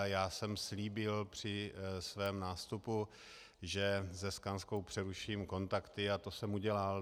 Já jsem slíbil při svém nástupu, že se Skanskou přeruším kontakty, a to jsem udělal.